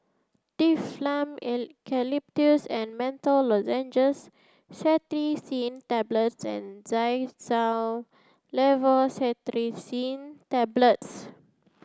Difflam Eucalyptus and Menthol Lozenges Cetirizine Tablets and Xyzal Levocetirizine Tablets